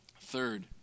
Third